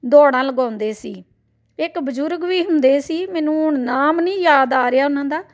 ਦੌੜਾਂ ਲਗਾਉਂਦੇ ਸੀ ਇੱਕ ਬਜ਼ੁਰਗ ਵੀ ਹੁੰਦੇ ਸੀ ਮੈਨੂੰ ਹੁਣ ਨਾਮ ਨਹੀਂ ਯਾਦ ਆ ਰਿਹਾ ਉਹਨਾਂ ਦਾ